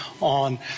on